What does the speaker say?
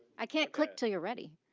i can't click til you're ready.